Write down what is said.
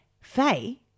Faye